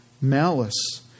Malice